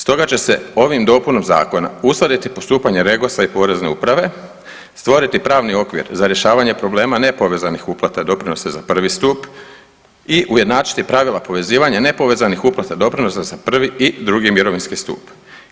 Stoga će se ovom dopunom zakona uskladiti postupanje REGOS-a i porezne uprave, stvoriti pravni okvir za rješavanje problema nepovezanih uplata i doprinosa za prvi stup i ujednačiti pravila povezivanja nepovezanih uplata doprinosa za prvi i drugi mirovinski stup.